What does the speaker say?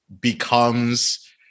becomes